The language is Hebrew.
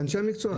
אנשי המקצוע.